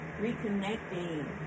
Reconnecting